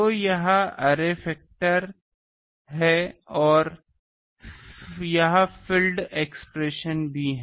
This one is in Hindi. तो यह अरे फैक्टर है और यह फील्ड एक्सप्रेशन भी है